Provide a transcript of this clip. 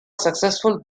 successful